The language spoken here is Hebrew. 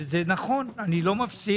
וזה נכון, אני לא מפסיק